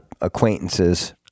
acquaintances